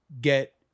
get